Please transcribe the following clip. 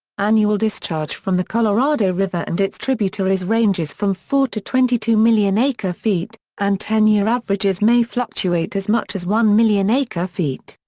annual discharge from the colorado river and its tributaries ranges from four to twenty two million acre feet, and ten year averages may fluctuate as much as one million acre feet.